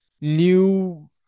new